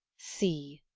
see,